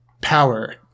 power